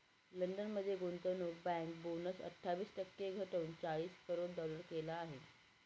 London मध्ये गुंतवणूक bank bonus अठ्ठावीस टक्के घटवून चाळीस करोड डॉलर केला आहे